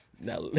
now